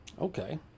Okay